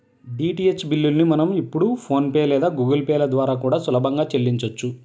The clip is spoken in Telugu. డీటీహెచ్ బిల్లుల్ని మనం ఇప్పుడు ఫోన్ పే లేదా గుగుల్ పే ల ద్వారా కూడా సులభంగా చెల్లించొచ్చు